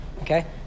okay